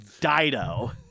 Dido